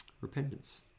Repentance